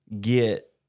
get